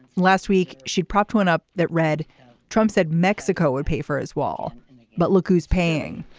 last week she propped one up that read trump said mexico would pay for his wall but look who's paying.